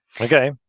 Okay